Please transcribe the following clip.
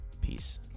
Peace